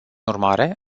urmare